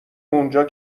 اونجا